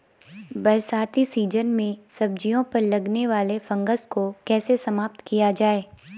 बरसाती सीजन में सब्जियों पर लगने वाले फंगस को कैसे समाप्त किया जाए?